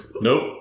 Nope